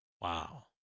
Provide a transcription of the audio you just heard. Wow